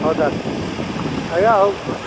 ହଉ ତା'ହେଲେ ଆଜ୍ଞା ହଉ